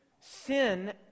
Sin